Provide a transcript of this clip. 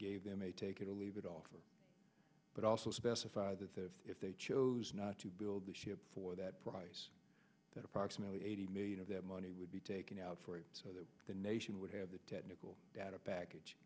gave them a take it or leave it offer but also specify that if they chose not to build the ship for that price that approximately eighty million of that money would be taken out for it so that the nation would have the technical data baggage